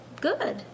good